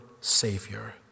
Savior